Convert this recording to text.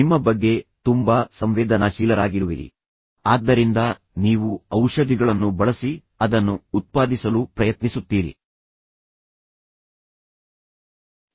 ನಿಮ್ಮ ಬಗ್ಗೆ ತುಂಬಾ ಸಂವೇದನಾಶೀಲರಾಗಿರುವಿರಿ ಮತ್ತು ಅದು ನಿಮಗೆ ನೋವುಂಟು ಮಾಡುವುದಿಲ್ಲ ಸರಿ ಆದ್ದರಿಂದ ಈಗ ನೀವು ಅಹಿತಕರ ಅನುಭವವನ್ನು ತಪ್ಪಿಸಲು ಅದನ್ನು ಮಾಡಲು ಬಯಸುತ್ತೀರಿ ಆದ್ದರಿಂದ ನೀವು ಔಷಧಿಗಳನ್ನು ಬಳಸಿ ಅದನ್ನು ಉತ್ಪಾದಿಸಲು ಪ್ರಯತ್ನಿಸುತ್ತೀರಿ